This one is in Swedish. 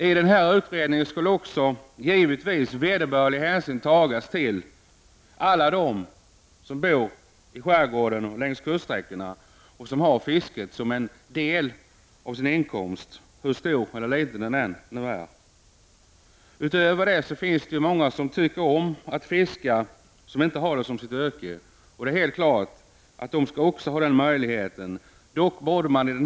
I den här utredningen skall givetvis vederbörlig hänsyn också tas till alla dem som bor i skärgården och längs kuststräckorna som också får en del av sin inkomst från fisket, hur stor eller liten den än är. Det finns många som tycker om att fiska, även om de inte har det som yrke. Det är helt klart att de också skall ha möjlighet till detta.